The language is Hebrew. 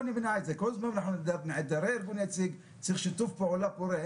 כל עוד אנחנו נעדרי ארגון יציג צריך שיתוף פעולה פורה.